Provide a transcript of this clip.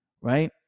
right